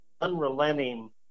unrelenting